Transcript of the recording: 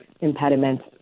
impediments